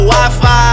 Wi-Fi